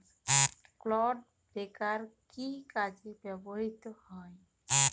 Clod breaker কি কাজে ব্যবহৃত হয়?